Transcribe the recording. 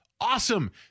awesome